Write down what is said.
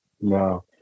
No